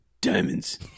diamonds